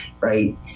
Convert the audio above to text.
right